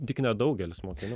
tik nedaugelis mokinių